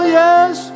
yes